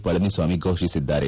ಪಳನಿಸ್ವಾಮಿ ಘೋಷಿಸಿದ್ದಾರೆ